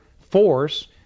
force